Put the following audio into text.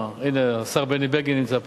הנה, השר בני בגין נמצא פה,